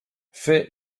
fer